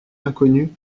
inconnu